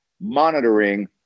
monitoring